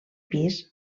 pis